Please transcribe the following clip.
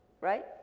right